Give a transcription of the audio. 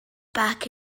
back